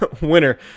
Winner